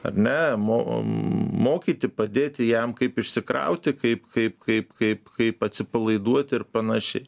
ar ne mo mokyti padėti jam kaip išsikrauti kaip kaip kaip kaip kaip atsipalaiduoti ir panašiai